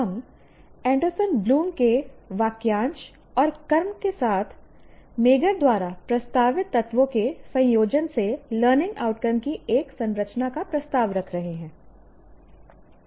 हम Anderson Bloom के वाक्यांश और कर्म के साथ मेगर द्वारा प्रस्तावित तत्वों के संयोजन से लर्निंग आउटकम की एक संरचना का प्रस्ताव रख रहे हैं